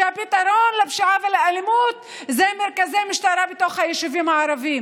שהפתרון לפשיעה ולאלימות הוא מרכזי משטרה בתוך היישובים הערביים.